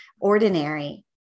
ordinary